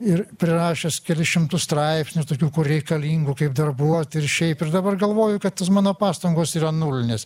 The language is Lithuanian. ir prirašęs kelis šimtus straipsnių tokių reikalingų kaip darbuot ir šiaip ir dabar galvoju kad mano pastangos yra nulinės